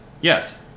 Yes